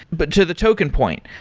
but to the token point,